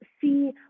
see